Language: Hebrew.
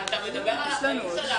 סלח לי, אתה מדבר על החיים שלנו.